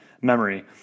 memory